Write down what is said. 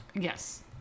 Yes